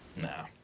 No